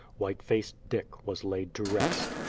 white faced dick was laid to rest.